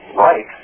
right